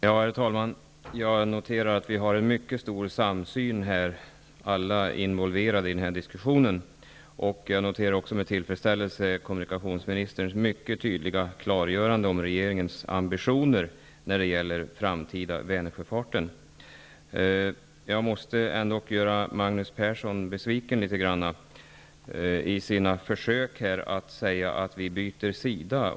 Herr talman! Jag noterar att vi alla som är involverade i den här diskussionen har en mycket stor samsyn. Jag noterar också med tillfredsställelse kommunikationsministerns mycket tydliga klargörande av regeringens ambitioner när det gäller den framtida Vänersjöfarten. Jag måste ändock göra Magnus Persson litet besviken i hans försök att säga att vi byter sida.